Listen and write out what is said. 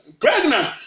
Pregnant